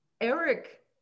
Eric